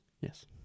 Yes